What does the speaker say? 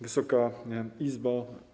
Wysoka Izbo!